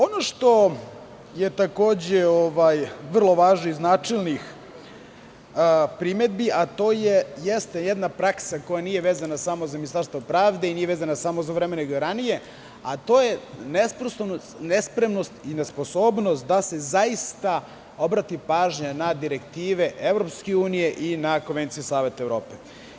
Ono što je vrlo važno iz načelnih primedbi jeste jedna praksa koja nije vezana samo za Ministarstvo pravde i nije vezana samo za ovo vreme, nego i ranije, a to je nespremnost, nesposobnost da se zaista obrati pažnja na direktive Evropske unije i na konvencije Saveta Evrope.